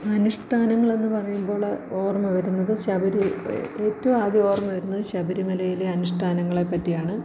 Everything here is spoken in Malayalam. അനുഷ്ഠാനങ്ങളെന്ന് പറയുമ്പോൾ ഓർമ്മ വരുന്നത് ശബരി ഏറ്റവും ആദ്യം ഓർമ്മ വരുന്നത് ശബരിമലയിലെ അനുഷ്ഠാനങ്ങളെ പറ്റിയാണ്